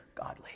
godly